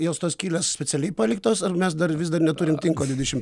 jos tos skylės specialiai paliktos ar mes dar vis dar neturime tinko dvidešim